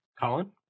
Colin